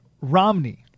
Romney